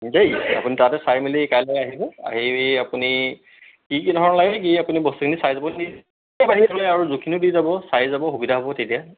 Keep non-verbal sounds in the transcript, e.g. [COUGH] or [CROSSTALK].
দেই আপুনি তাতে চাই মেলি কাইলৈ আহিব আহি আপুনি কি কি ধৰণৰ লাগে কি আপুনি বস্তুখিনি চাই [UNINTELLIGIBLE] আৰু জোখখিনিও দি যাব চাই যাব সুবিধা হ'ব তেতিয়া